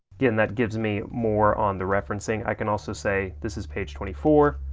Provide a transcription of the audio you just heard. again, that gives me more on the referencing, i can also say, this is page twenty four,